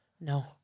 No